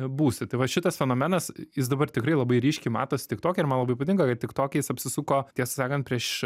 būsi tai va šitas fenomenas jis dabar tikrai labai ryškiai matosi tiktoke ir man labai patinka kad tiktoke apsisuko tiesą sakant prieš